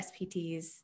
SPTs